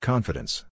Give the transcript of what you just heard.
Confidence